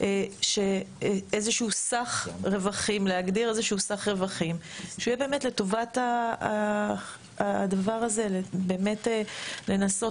להגדיר איזשהו סך רווחים שהוא יהיה באמת לטובת הדבר הזה ובאמת לנסות